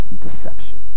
deception